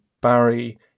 Barry